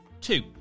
two